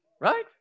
Right